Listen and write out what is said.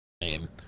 name